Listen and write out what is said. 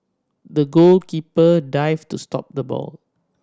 the goalkeeper dived to stop the ball